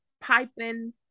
piping